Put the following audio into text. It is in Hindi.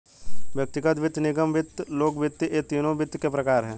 व्यक्तिगत वित्त, निगम वित्त, लोक वित्त ये तीनों वित्त के प्रकार हैं